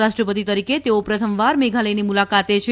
રાષ્ટ્રપતિ તરીકે તેઓ પ્રથમવાર મેઘાલથની મુલાકાતે છે